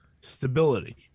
stability